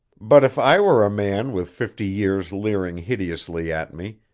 but if i were a man with fifty years leering hideously at me,